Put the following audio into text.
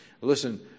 listen